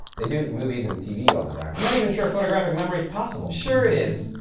they do it in movies and tv all the time. i'm not even sure photographic memory is possible. sure, it is.